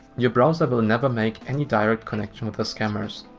your browser will never make any direct connection with the scammers.